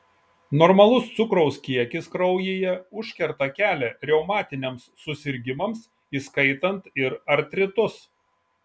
normalus cukraus kiekis kraujyje užkerta kelią reumatiniams susirgimams įskaitant ir artritus